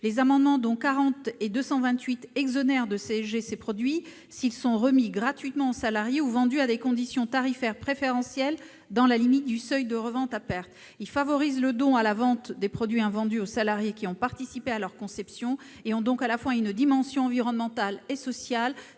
Ces amendements identiques visent à exonérer de CSG ces produits s'ils sont remis gratuitement aux salariés ou vendus à des conditions tarifaires préférentielles, dans la limite du seuil de revente à perte. Ils tendent à favoriser le don à la vente des produits invendus aux salariés qui ont participé à leur conception et ont donc une dimension à la fois environnementale et sociale.